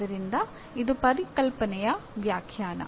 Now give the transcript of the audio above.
ಆದ್ದರಿಂದ ಇದು ಪರಿಕಲ್ಪನೆಯ ವ್ಯಾಖ್ಯಾನ